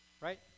right